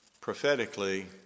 prophetically